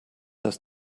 dass